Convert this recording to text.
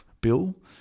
bill